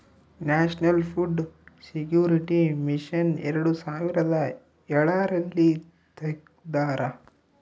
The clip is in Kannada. ನ್ಯಾಷನಲ್ ಫುಡ್ ಸೆಕ್ಯೂರಿಟಿ ಮಿಷನ್ ಎರಡು ಸಾವಿರದ ಎಳರಲ್ಲಿ ತೆಗ್ದಾರ